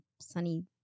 Sunny